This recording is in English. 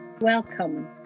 Welcome